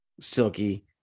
silky